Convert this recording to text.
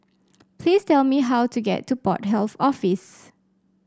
please tell me how to get to Port Health Office